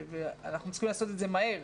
ואנחנו צריכים לעשות את זה מהר,